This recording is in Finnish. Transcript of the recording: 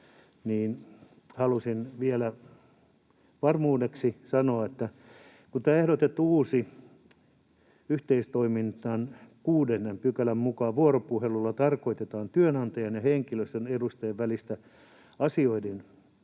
Tähän halusin vielä varmuudeksi sanoa, että tämän ehdotetun uuden yhteistoiminnan 6 §:n mukaan vuoropuhelulla tarkoitetaan työnantajan ja henkilöstön edustajien välistä asioiden käsittelyä,